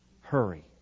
Hurry